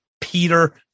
Peter